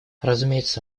разумеется